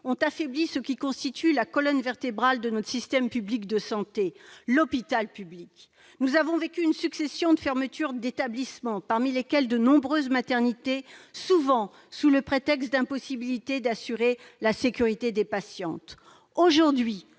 ont affaibli ce qui constitue la colonne vertébrale de notre système public de santé : l'hôpital public. Nous avons vécu une succession de fermetures d'établissements, parmi lesquels de nombreuses maternités, souvent sous le prétexte de l'impossibilité d'assurer la sécurité des patientes. Aujourd'hui,